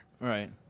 Right